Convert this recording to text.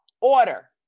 order